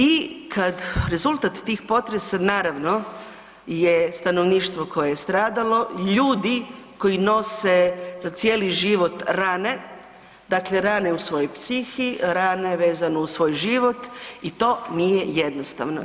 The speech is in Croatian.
I kao rezultat tih potresa naravno je stanovništvo koje je stradalo, ljudi koji nose za cijeli život rane, dakle rane u svojoj psihi, rane vezano uz svoj život i to nije jednostavno.